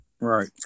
Right